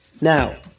Now